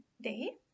day